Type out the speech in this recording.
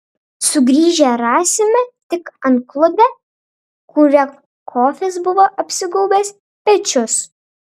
sugrįžę rasime tik antklodę kuria kofis buvo apsigaubęs pečius